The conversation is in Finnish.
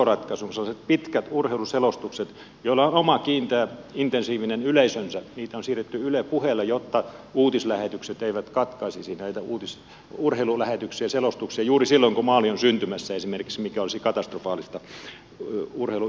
sellaisia pitkiä urheiluselostuksia joilla on oma kiinteä intensiivinen yleisönsä on siirretty yle puheelle jotta uutislähetykset eivät katkaisisi näitä urheilulähetyksiä ja selostuksia juuri silloin kun maali on syntymässä esimerkiksi mikä olisi katastrofaalista urheiluyleisön kannalta